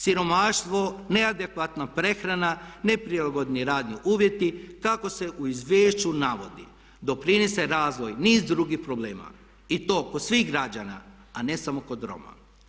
Siromaštvo, neadekvatna prehrana, ne prilagodni radni uvjeti, kako se u izvješću navodi doprinose razvoj niz drugih problema i to po svih građana a ne samo kod Roma.